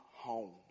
home